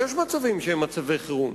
יש מצבים שהם מצבי חירום,